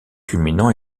culminant